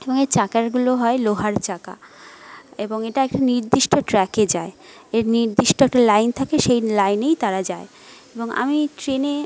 এবং এর চাকাগুলো হয় লোহার চাকা এবং এটা একটা নির্দিষ্ট ট্র্যাকে যায় এর নির্দিষ্ট একটা লাইন থাকে সেই লাইনেই তারা যায় এবং আমি ট্রেনে